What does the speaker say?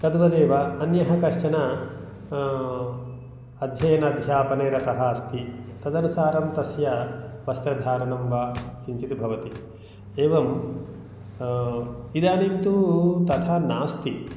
तद्वदेव अन्यः कश्चन अध्ययन अध्यापने रतः अस्ति तदनुसारं तस्य वस्त्र धारणं वा किञ्चित् भवति एवं इदानीं तु तथा नास्ति